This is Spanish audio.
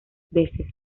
veces